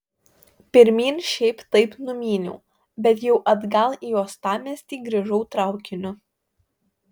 pirmyn šiaip taip numyniau bet jau atgal į uostamiestį grįžau traukiniu